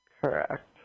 Correct